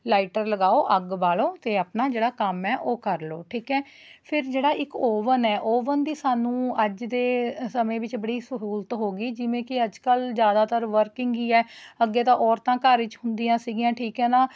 lighter ਲਗਾਓ ਅੱਗ ਬਾਲੋ ਅਤੇ ਆਪਣਾ ਜਿਹੜਾ ਕੰਮ ਹੈ ਉਹ ਕਰ ਲਉ ਠੀਕ ਹੈ ਫਿਰ ਜਿਹੜਾ ਇੱਕ ਓਵਨ ਹੈ ਓਵਨ ਦੀ ਸਾਨੂੰ ਅੱਜ ਦੇ ਸਮੇਂ ਵਿੱਚ ਬੜੀ ਸਹੂਲਤ ਹੋ ਗਈ ਜਿਵੇਂ ਕਿ ਅੱਜ ਕੱਲ੍ਹ ਜ਼ਿਆਦਾਤਰ ਵਰਕਿੰਗ ਹੀ ਹੈ ਅੱਗੇ ਤਾਂ ਅੋਰਤਾਂ ਘਰ 'ਚ ਹੁੰਦੀਆਂ ਸੀਗੀਆ ਠੀਕ ਹੈ ਨਾ